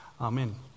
Amen